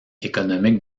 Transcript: économique